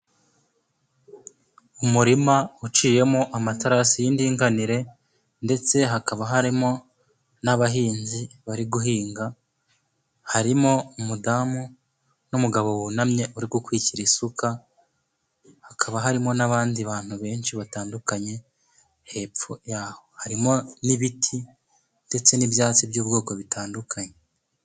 Umurima uciyemo amaterasi y'indinganire, ndetse hakaba harimo n'abahinzi bari guhinga. Harimo umudamu n'umugabo wunamye urigukwikira isuka, hakaba harimo n'abandi bantu benshi batandukanye. Hepfo yaho harimo n'ibiti ndetse n'ibyatsi by'ubwoko butandukanye.